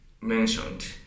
mentioned